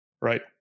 right